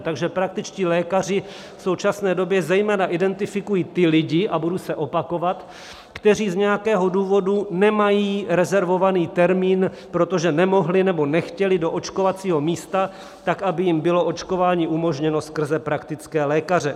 Takže praktičtí lékaři v současné době zejména identifikují ty lidi, a budu se opakovat, kteří z nějakého důvodu nemají rezervovaný termín, protože nemohli nebo nechtěli do očkovacího místa, tak aby jim bylo očkování umožněno skrze praktické lékaře.